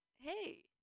hey